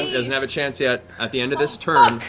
doesn't have a chance yet. at the end of this turn,